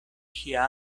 ŝia